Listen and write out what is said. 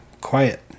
quiet